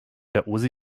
osi